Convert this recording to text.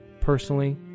personally